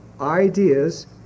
ideas